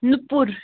نُپُر